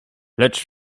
lecz